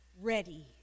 ready